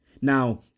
now